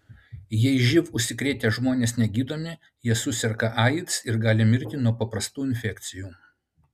jei živ užsikrėtę žmonės negydomi jie suserga aids ir gali mirti nuo paprastų infekcijų